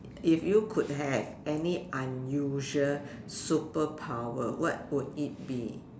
if you could have any unusual superpower what would it be